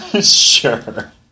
Sure